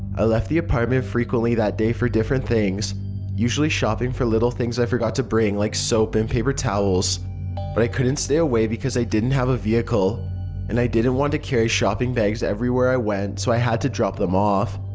i left the apartment frequently that day for different things usually usually shopping for little things i forgot to bring like soap, and paper towels but i couldn't stay away because i didn't have a vehicle and i didn't want to carry shopping bags everywhere i went so i had to drop them off.